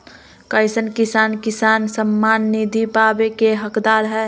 कईसन किसान किसान सम्मान निधि पावे के हकदार हय?